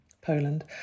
Poland